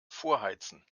vorheizen